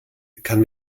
kann